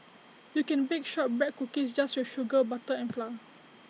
you can bake Shortbread Cookies just with sugar butter and flour